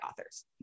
authors